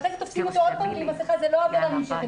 ואחרי זה תופסים אותו עוד פעם בלי מסכה זה לא עבירה נמשכת.